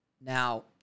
Now